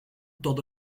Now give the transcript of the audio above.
todo